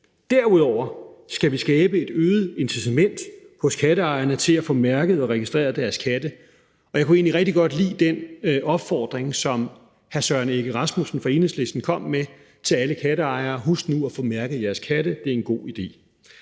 Derudover skal vi skabe et øget incitament hos katteejerne til at få mærket og registreret deres katte, og jeg kunne egentlig rigtig godt lide den opfordring, som hr. Søren Egge Rasmussen fra Enhedslisten kom med til alle katteejere: Husk nu at få mærket jeres katte, det er en god idé.